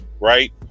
right